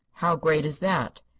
how great is that?